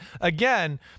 again